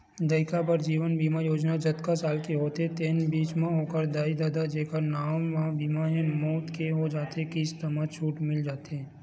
लइका बर जीवन बीमा योजना जतका साल के होथे तेन बीच म ओखर दाई ददा जेखर नांव म बीमा हे, मउत हो जाथे त किस्त म छूट मिल जाथे